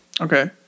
Okay